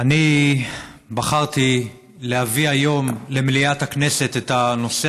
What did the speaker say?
אני בחרתי להביא היום למליאת הכנסת את הנושא